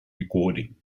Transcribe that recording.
recording